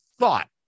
thought